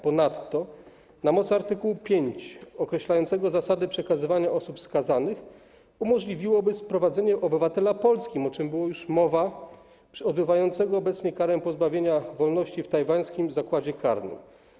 Ponadto na mocy art. 5 określającego zasady przekazywania osób skazanych umożliwiłoby sprowadzenie obywatela Polski, o czym była już mowa, odbywającego obecnie karę pozbawienia wolności w tajwańskim zakładzie karnym.